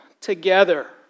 together